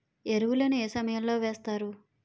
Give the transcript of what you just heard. ఎరువుల ను ఏ సమయం లో వేస్తారు?